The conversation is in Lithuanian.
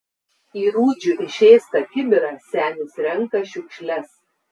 į rūdžių išėstą kibirą senis renka šiukšles